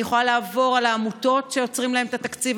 אני יכולה לעבור על העמותות שעוצרים להן את התקציב,